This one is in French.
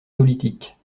néolithique